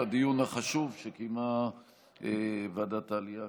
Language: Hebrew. לדיון החשוב שקיימה ועדת העלייה,